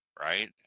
right